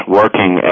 working